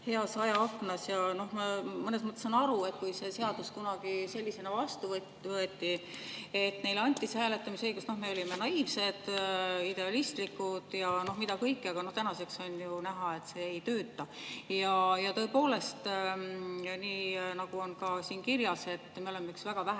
heas ajaaknas. Ma mõnes mõttes saan aru, [miks] see seadus kunagi sellisena vastu võeti ja neile hääletamisõigus anti: no me olime naiivsed, idealistlikud ja mida kõike. Aga tänaseks on ju näha, et see ei tööta. Ja tõepoolest, nii nagu on ka siin kirjas, et me oleme üks väheseid